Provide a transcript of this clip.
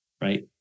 right